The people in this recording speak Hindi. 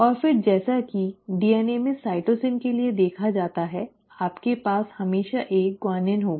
और फिर जैसा कि DNA में साइटोसिन के लिए देखा जाता है आपके पास हमेशा एक ग्वानिन होगा